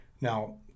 Now